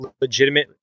legitimate